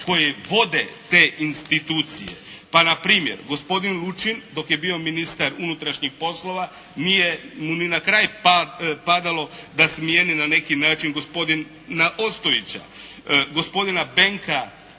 koji vode te institucije. Pa npr. gospodin Lučin dok je bio ministar unutrašnjih poslova, nije mu ni na kraj padala da smijeni na neki način gospodina Ostojića. Gospodina Benka kojega